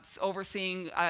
overseeing